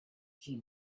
she